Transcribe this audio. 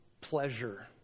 Pleasure